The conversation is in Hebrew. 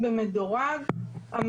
היינו שותפים גם לאותה החלטת ממשלה שעברה